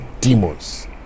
demons